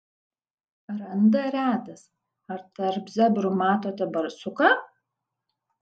randa retas ar tarp zebrų matote barsuką